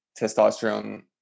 testosterone